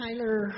Tyler